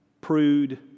prude